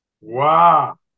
wow